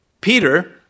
Peter